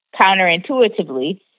counterintuitively